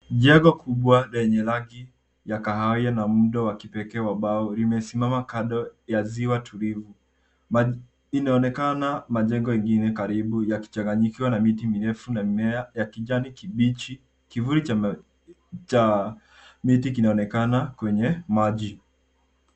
Jengo kubwa lenye rangi ya kahawia na muundo wa kipekee wa mbao limesimama kando ya ziwa tulivu. Inaonekana majengo ingine karibu yakichanganyikiwa na miti mirefu na mimea ya kijani kibichi. Kivuli cha miti kinaonekana kwenye maji.